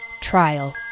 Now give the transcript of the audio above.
Trial